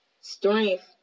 strength